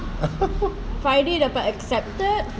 friday dapat accepted